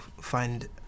find